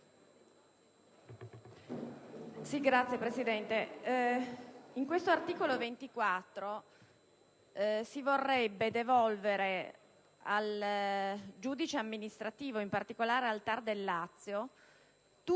Signor Presidente, con l'articolo 24 si vorrebbero devolvere al giudice amministrativo, in particolare al TAR del Lazio,